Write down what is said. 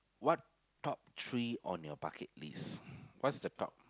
what top three on your bucket list what's the top